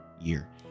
year